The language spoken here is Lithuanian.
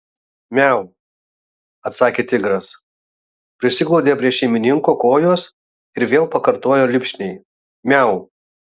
miau atsakė tigras prisiglaudė prie šeimininko kojos ir vėl pakartojo lipšniai miau